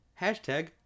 Hashtag